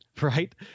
right